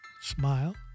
Smile